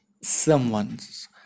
someone's